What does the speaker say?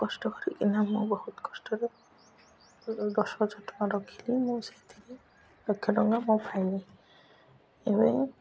କଷ୍ଟ କରିକିନା ମୁଁ ବହୁତ କଷ୍ଟରେ ଦଶ ହଜାର ଟଙ୍କା ରଖିଲି ମୁଁ ସେଇଥିରେ ଲକ୍ଷ ଟଙ୍କା ମୁଁ ପାଇଲି ଏବେ